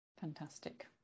fantastic